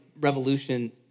revolution